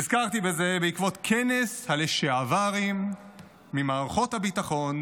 נזכרתי בזה בעקבות כנס הלשעברים ממערכות הביטחון,